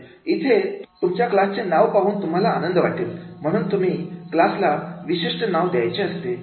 इथे तुम्हाला तुमच्या क्लासचे नाव पाहून आनंद वाटेल म्हणून तुम्ही क्लासला विशिष्ट नाव द्यायचे असते